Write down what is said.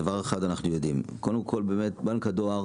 דבר אחד אנחנו יודעים והוא שבנק הדואר